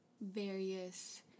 various